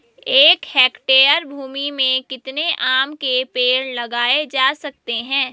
एक हेक्टेयर भूमि में कितने आम के पेड़ लगाए जा सकते हैं?